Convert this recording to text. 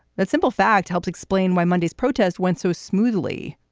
that simple fact helps explain why monday's protest went so smoothly.